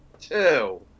two